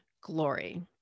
glory